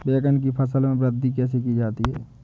बैंगन की फसल में वृद्धि कैसे की जाती है?